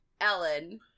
ellen